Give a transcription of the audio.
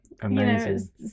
amazing